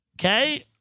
okay